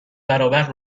برابر